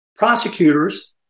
Prosecutors